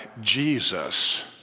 Jesus